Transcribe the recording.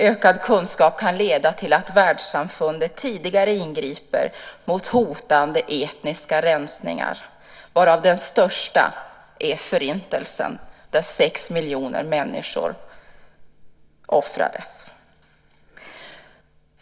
Ökad kunskap kan leda till att världssamfundet ingriper tidigare mot hotande etniska rensningar, varav den största är Förintelsen där sex miljoner människor offrades.